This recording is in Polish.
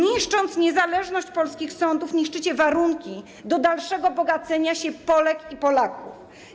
Niszcząc niezależność polskich sądów, niszczycie warunki do dalszego bogacenia się Polek i Polaków.